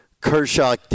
Kershaw